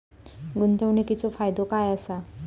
गुंतवणीचो फायदो काय असा?